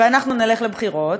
ואנחנו נלך לבחירות,